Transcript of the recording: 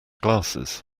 glasses